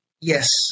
Yes